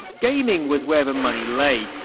gaming was where the money lay,